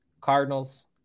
Cardinals